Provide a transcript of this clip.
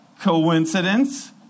Coincidence